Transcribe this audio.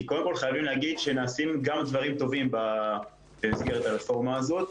חייבים להגיד שנעשים גם דברים טובים במסגרת הרפורמה הזאת.